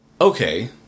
okay